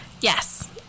Yes